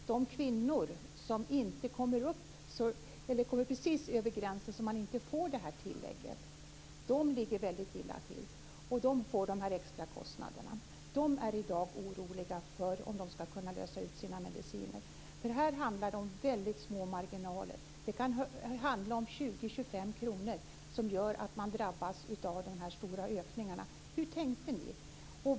Det gäller de kvinnor som kommer precis över gränsen så att de inte får detta tillägg. De ligger väldigt illa till, och de får de extra kostnaderna. De kvinnorna är i dag oroliga för om de skall kunna lösa ut sina mediciner. Här handlar det om väldigt små marginaler. Det kan vara fråga om 20-25 kr som gör att de drabbas av dessa stora ökningar. Hur tänkte ni?